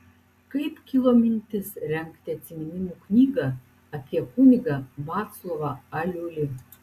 kaip kilo mintis rengti atsiminimų knygą apie kunigą vaclovą aliulį